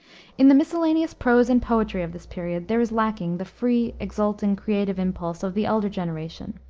in the miscellaneous prose and poetry of this period there is lacking the free, exulting, creative impulse of the elder generation,